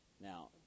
Now